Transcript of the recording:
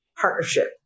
partnership